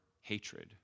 hatred